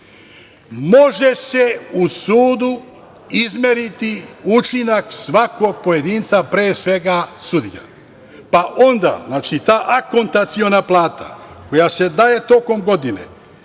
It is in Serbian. može se u sudu izmeriti učinak svakog pojedinca, pre svega sudija, pa onda ta akontaciona plata koja se daje tokom godine